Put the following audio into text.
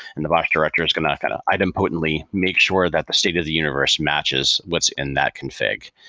and the bosh director is going to kind of item potently, make sure that the state of the universe matches what's in that config.